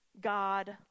God